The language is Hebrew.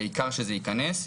העיקר שזה ייכנס,